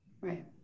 Right